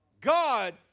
God